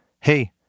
hey